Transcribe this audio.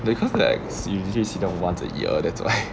because like see you just see them once a year that's why